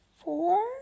four